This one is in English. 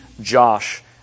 Josh